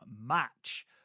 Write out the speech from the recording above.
match